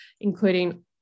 including